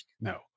No